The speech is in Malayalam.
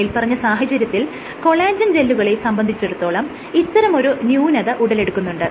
മേല്പറഞ്ഞ സാഹചര്യത്തിൽ കൊളാജെൻ ജെല്ലുകളെ സംബന്ധിച്ചിടത്തോളം ഇത്തരമൊരു ന്യൂനത ഉടലെടുക്കുന്നുണ്ട്